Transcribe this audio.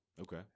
okay